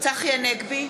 צחי הנגבי,